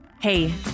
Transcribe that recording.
Hey